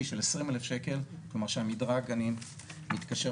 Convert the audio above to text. אני לא חייבת לקבל